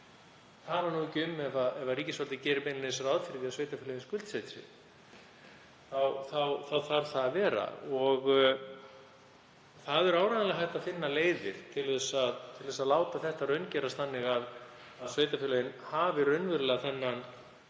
tala nú ekki um ef ríkisvaldið gerir beinlínis ráð fyrir því að sveitarfélögin skuldsetji sig, þá þarf það að vera. Það er áreiðanlega hægt að finna leiðir til að láta þetta raungerast þannig að sveitarfélögin hafi raunverulega þennan